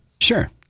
Sure